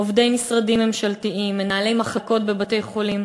עובדי משרדים ממשלתיים, מנהלי מחלקות בבתי-חולים.